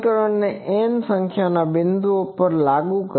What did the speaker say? હવે ચાલો તે સમીકરણને n સંખ્યાના બિંદુઓ પર લાગુ કરીએ